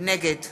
נגד